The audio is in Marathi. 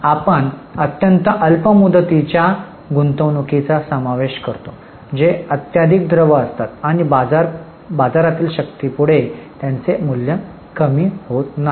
आपण अत्यंत अल्प मुदतीच्या गुंतवणूकींचा समावेश करा जे अत्यधिक द्रव असतात आणि बाजारातील शक्तीमुळे त्यांचे मूल्य कमी होत नाही